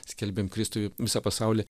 skelbėm kristui visą pasaulį